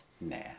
Nah